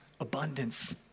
abundance